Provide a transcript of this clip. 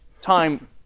time